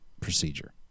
procedure